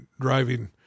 driving